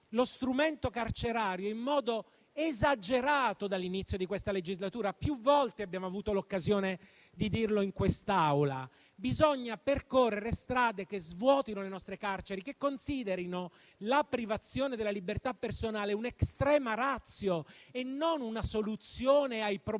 lo strumento carcerario in modo esagerato dall'inizio di questa legislatura; più volte abbiamo avuto l'occasione di dirlo in quest'Aula. Bisogna percorrere strade che svuotino le nostre carceri, che considerino la privazione della libertà personale un *extrema ratio* e non una soluzione ai problemi